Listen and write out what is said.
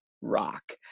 rock